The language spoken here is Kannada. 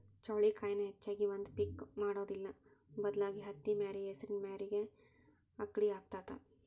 ಚೌಳಿಕಾಯಿನ ಹೆಚ್ಚಾಗಿ ಒಂದ ಪಿಕ್ ಮಾಡುದಿಲ್ಲಾ ಬದಲಾಗಿ ಹತ್ತಿಮ್ಯಾರಿ ಹೆಸರಿನ ಮ್ಯಾರಿಗೆ ಅಕ್ಡಿ ಹಾಕತಾತ